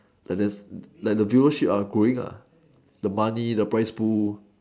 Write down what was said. like the like the viewership are going up the money the price pool